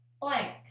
Blank